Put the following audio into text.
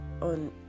on